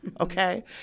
okay